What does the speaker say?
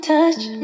touch